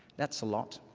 that's a lot.